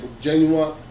genuine